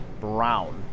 Brown